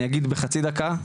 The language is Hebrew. אני אגיד בחצי דקה,